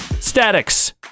Statics